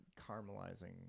caramelizing